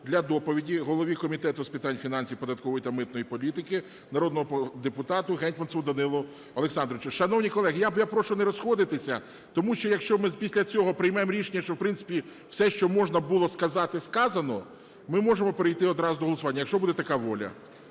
для доповіді голові Комітету з питань фінансів, податкової та митної політики народному депутата Гетманцеву Данилу Олександровичу. Шановні колеги, я прошу не розходитися, тому що, якщо ми після цього приймемо рішення, що в принципі все, що можна було сказати, сказано, ми можемо перейти одразу до голосування. Якщо буде така воля.